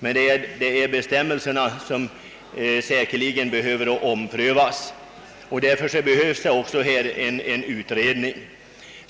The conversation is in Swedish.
Det är säkerligen bestämmelserna som behöver omprövas, och därför erfordras en utredning.